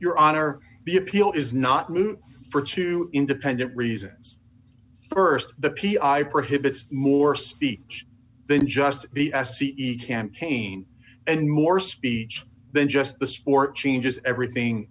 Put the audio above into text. your honor the appeal is not moot for two independent reasons first the p i prohibits more speech then just b s each campaign and more speech then just the sport changes everything